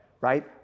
right